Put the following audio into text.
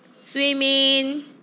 Swimming